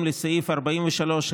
שמרו על הצביון היהודי של מדינת ישראל.